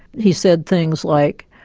he said things like,